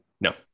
No